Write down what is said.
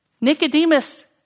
Nicodemus